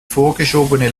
vorgeschobene